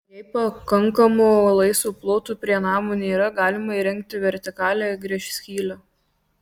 jei pakankamo laisvo ploto prie namo nėra galima įrengti vertikalią gręžskylę